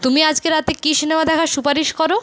তুমি আজকে রাতে কি সিনেমা দেখার সুপারিশ করো